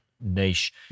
niche